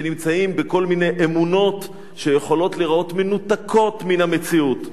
שנמצאים בכל מיני אמונות שיכולות להיראות מנותקות מן המציאות.